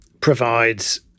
provides